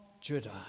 Judah